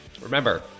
remember